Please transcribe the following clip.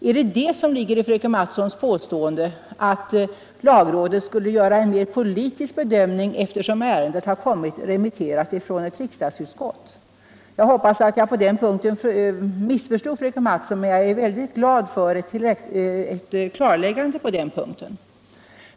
Är det det som ligger i fröken Mattsons påstående att lagrådet skulle göra en mer politisk bedömning eftersom ärendet har remitterats från ett riksdagsutskott? Jag hoppas att jag på den punkten missförstod fröken Mattson, men jag vore mycket glad för ett tillrättaläggande.